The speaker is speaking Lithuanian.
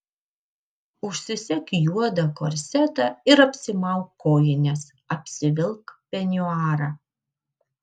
užsisek juodą korsetą ir apsimauk kojines apsivilk peniuarą